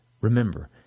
Remember